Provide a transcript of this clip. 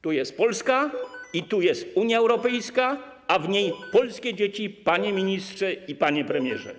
Tu jest Polska i tu jest Unia Europejska, a w niej polskie dzieci, panie ministrze i panie premierze.